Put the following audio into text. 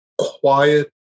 Quiet